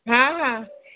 ହଁ ହଁ